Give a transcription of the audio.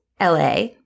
LA